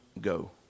go